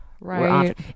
Right